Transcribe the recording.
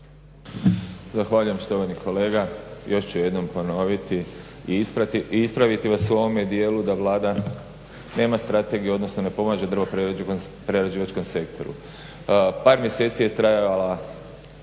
Zahvaljujem. Štovani kolega, još ću jednom ponoviti i ispraviti vas u ovome dijelu da Vlada nema strategija, odnosno ne pomaže drvoprerađivačkom sektoru. Par mjeseci je trajala